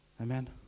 Amen